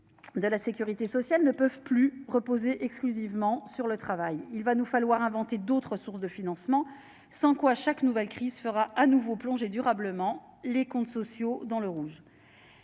de la sécurité sociale ne peuvent plus reposer exclusivement sur le travail. Il nous faudra inventer d'autres sources de financement, sans quoi chaque nouvelle crise fera de nouveau plonger durablement nos comptes sociaux dans le rouge.